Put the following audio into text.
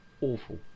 awful